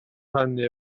rannu